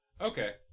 Okay